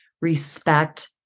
respect